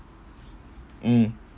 mm